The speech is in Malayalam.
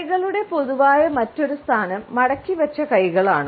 കൈകളുടെ പൊതുവായ മറ്റൊരു സ്ഥാനം മടക്കിവെച്ച കൈകളാണ്